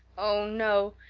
oh, no,